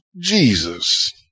Jesus